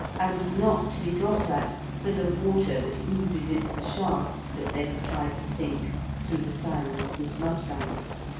and not to be got at for the water that oozes into the shafts that they have tried to sink through the sand and mud banks.